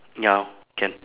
ya lor can